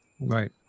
Right